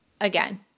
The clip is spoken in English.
Again